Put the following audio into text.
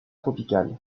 tropical